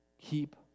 keep